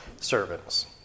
servants